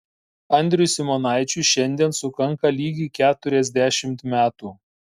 andriui simonaičiui šiandien sukanka lygiai keturiasdešimt metų